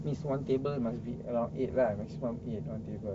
means one table must be around eight lah maximum eight one table